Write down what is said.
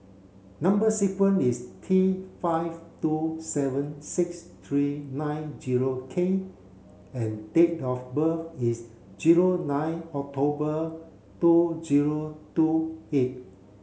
number sequence is T five two seven six three nine zero K and date of birth is zero nine October two zero two eight